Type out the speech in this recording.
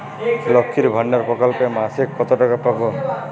লক্ষ্মীর ভান্ডার প্রকল্পে মাসিক কত টাকা পাব?